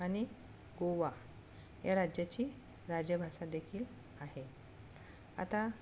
आणि गोवा या राज्याची राज्यभाषा देखील आहे आता